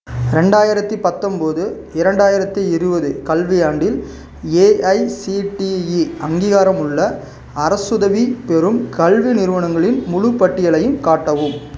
ரெண்டாயிரத்தி பத்தொம்போது இரண்டாயிரத்தி இருபது கல்வியாண்டில் ஏஐசிடிஇ அங்கீகாரமுள்ள அரசுதவி பெறும் கல்வி நிறுவனங்களின் முழு பட்டியலையும் காட்டவும்